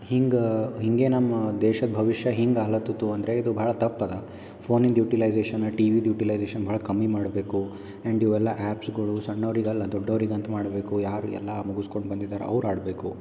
ಹಿಂಗೆ ಹಿಂಗೆ ನಮ್ಮ ದೇಶದ ಭವಿಷ್ಯ ಹಿಂಗೆ ಆಗ್ಲತತು ಅಂದರೆ ಇದು ಭಾಳ ತಪ್ಪು ಅದ ಫೋನಿಂದ ಯುಟಿಲೈಸೆಷನ್ ಟಿ ವಿದು ಯುಟಿಲೈಸೆಷನ್ ಭಾಳ್ ಕಮ್ಮಿ ಮಾಡಬೇಕು ಆ್ಯಂಡ್ ಇವೆಲ್ಲ ಆ್ಯಪ್ಸ್ಗಳು ಸಣ್ಣವರಿಗಲ್ಲ ದೊಡ್ಡವ್ರಿಗಂತ ಮಾಡಬೇಕು ಯಾರು ಎಲ್ಲ ಮುಗಿಸ್ಕೊಂಡ್ ಬಂದಿದ್ದಾರೆ ಅವ್ರು ಆಡಬೇಕು